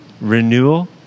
renewal